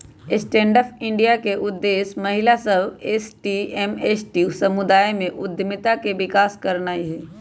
stand up India के उद्देश्य महिला सभ, एस.सी एवं एस.टी समुदाय में उद्यमिता के विकास करनाइ हइ